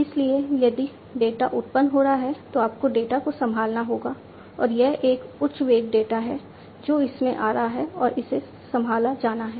इसलिए यदि डेटा उत्पन्न हो रहा है तो आपको डेटा को संभालना होगा और यह एक उच्च वेग डेटा है जो इसमें आ रहा है और इसे संभाला जाना है